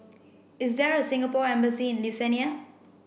is there a Singapore embassy in Lithuania